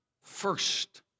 First